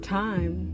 time